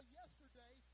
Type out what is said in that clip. yesterday